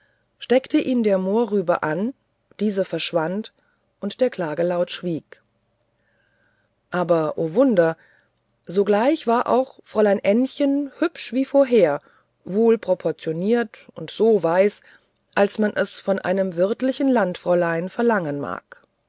steckte ihn der mohrrübe an diese verschwand und der klagelaut schwieg aber o wunder sogleich war auch fräulein ännchen hübsch wie vorher wohlproportioniert und so weiß als man es nur von einem wirtlichen landfräulein verlangen kann